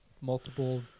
multiple